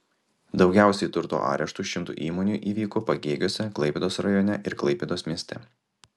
daugiausiai turto areštų šimtui įmonių įvyko pagėgiuose klaipėdos rajone ir klaipėdos mieste